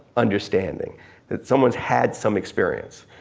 understanding that's someone's had some experience.